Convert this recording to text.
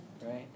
right